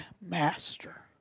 master